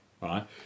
Right